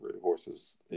horses